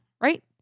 right